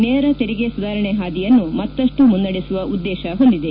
ನೇರ ತೆರಿಗೆ ಸುಧಾರಣೆ ಪಾದಿಯನ್ನು ಮತ್ತಷ್ಟು ಮುನ್ನಡೆಸುವ ಉದ್ದೇಶ ಹೊಂದಿದೆ